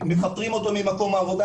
מפטרים אותו ממקום העבודה,